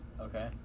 Okay